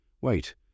Wait